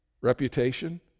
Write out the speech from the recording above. Reputation